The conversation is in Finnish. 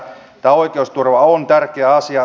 tämä oikeusturva on tärkeä asia